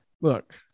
Look